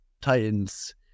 Titans